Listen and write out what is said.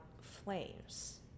flames